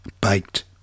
Baked